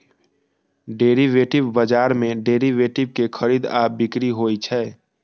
derivative बाजार मे derivative के खरीद आ बिक्री होइ छै